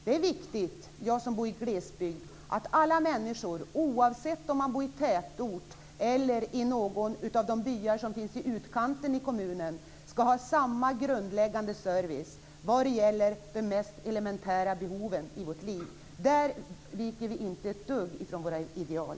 Det är viktigt för mig som bor i glesbygd att alla människor, oavsett om man bor i tätort eller i någon av de byar som finns i utkanten av kommunen, skall ha samma grundläggande service vad gäller de mest elementära behoven i livet. Där viker vi inte ett dugg från våra ideal.